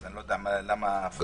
אז למה הפירוט?